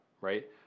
right